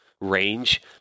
range